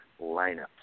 lineups